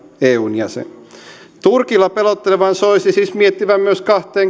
eun jäsen turkilla pelottelevan soisi siis miettivän myös kahteen